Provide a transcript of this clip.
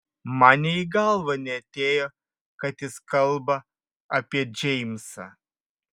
man nė į galvą neatėjo kad jis kalba apie džeimsą